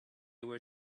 were